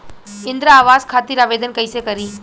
इंद्रा आवास खातिर आवेदन कइसे करि?